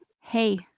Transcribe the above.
hey